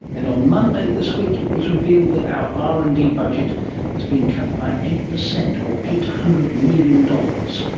and on monday this week it was revealed that our r and d budget has been cut by eight percent or eight hundred million dollars.